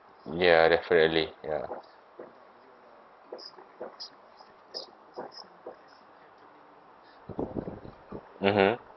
ya definitely ya mmhmm